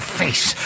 face